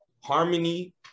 harmony